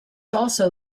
also